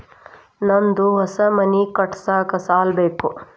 ನಂದು ಹೊಸ ಮನಿ ಕಟ್ಸಾಕ್ ಸಾಲ ಬೇಕು